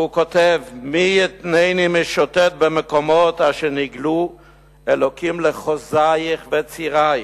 והוא כותב: מי יתנני משוטט במקומות אשר/ נגלו אלוקים לחוזייך וצירייך.